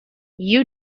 you